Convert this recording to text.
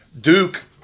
Duke